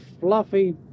fluffy